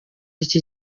iki